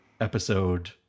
episode